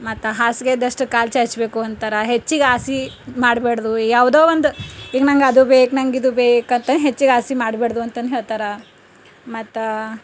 ಮತ್ತು ಹಾಸಿಗೆ ಇದ್ದಷ್ಟೇ ಕಾಲು ಚಾಚಬೇಕು ಅಂತಾರೆ ಹೆಚ್ಚಿಗೆ ಹಾಸಿ ಮಾಡ್ಬಾರ್ದು ಯಾವುದೋ ಒಂದು ಈಗ ನನಗದು ಬೇಕು ನನಗಿದು ಬೇಕು ಅಂತ ಹೆಚ್ಚಿಗೆ ಆಸೆ ಮಾಡ್ಬಾರ್ದು ಅಂತಂದು ಹೇಳ್ತಾರೆ ಮತ್ತು